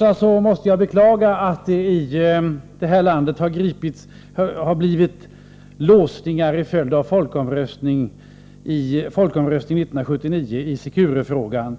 Jag måste beklaga att det i det här landet har blivit låsningar i Securefrågan till följd av folkomröstningen 1979,